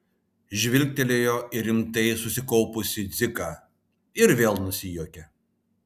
žvilgtelėjo į rimtai susikaupusį dziką ir vėl nusijuokė